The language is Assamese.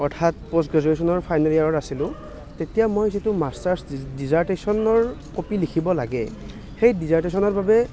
অৰ্থাৎ প'ষ্ট গ্ৰেজুৱেশ্যনৰ ফাইনেল ইয়াৰত আছিলোঁ তেতিয়া মই যিটো মাষ্টাৰ্ছ ডিজাৰটেশ্যনৰ কপি লিখিব লাগে সেই ডিজাৰটেশ্যনৰ বাবে